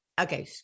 okay